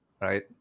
right